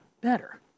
better